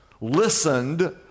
listened